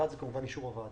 האחד זה כמובן אישור הוועדה